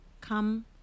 come